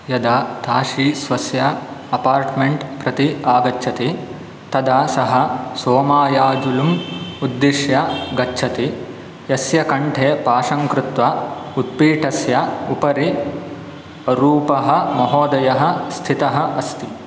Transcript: यदा ताशी स्वस्य अपार्टमेण्ट् प्रति आगच्छति तदा सः सोमायाजुलुम् उद्दिश्य गच्छति यस्य कण्ठे पाशं कृत्वा उत्पीठस्य उपरि अरूपः महोदयः स्थितः अस्ति